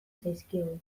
zaizkigu